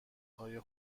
های